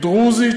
דרוזי,